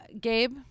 Gabe